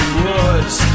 woods